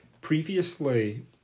previously